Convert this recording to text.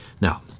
Now